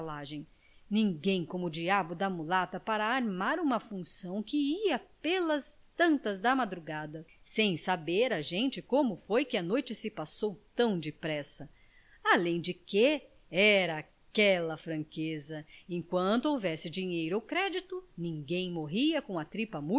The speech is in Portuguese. estalagem ninguém como o diabo da mulata para armar uma função que ia pelas tantas da madrugada sem saber a gente como foi que a noite se passou tão depressa além de que era aquela franqueza enquanto houvesse dinheiro ou crédito ninguém morria com a tripa